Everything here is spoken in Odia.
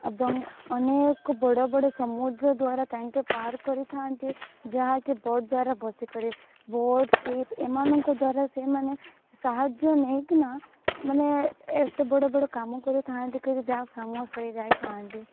ଏବଂ ଅନେକ ବଡ଼ ବଡ଼ ସମୁଦ୍ର ଦ୍ଵାରା ତାଙ୍କେ ପାର କରିଥାନ୍ତି ଯାହା କି ବୋଟ୍ ଦ୍ଵାରା ବସି କରି ବୋଟ୍ ସିପ୍ ଏମାନଙ୍କ ଦ୍ଵାରା ସେମାନେ ସାହାଯ୍ୟ ନେଇକିନା ମାନେ ଏତେ ବଡ଼ ବଡ଼ କାମ କରିଥାନ୍ତି କିଛି ଯାହା ଫେମସ୍ ହୋଇଯାଇଥାଆନ୍ତି